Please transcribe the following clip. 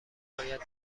باید